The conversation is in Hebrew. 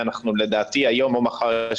כל תורם הוא פוטנציאל להצלת